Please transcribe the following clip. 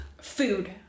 food